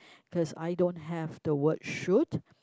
cause I don't have the word should